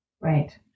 Right